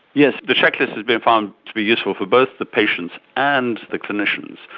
yes the check list has been found to be useful for both the patients and the clinicians,